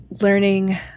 learning